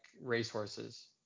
racehorses